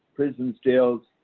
prisons, jails,